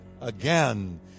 again